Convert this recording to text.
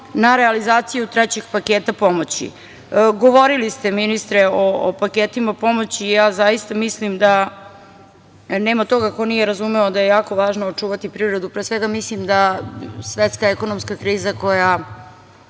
na realizaciju trećeg paketa pomoći. Govorili ste, ministre, o paketima pomoći. Zaista mislim da nema toga ko nije razumeo da jako važno očuvati privredu. Pre svega mislim da svetska ekonomska kriza koja